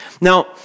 Now